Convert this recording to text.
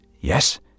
Yes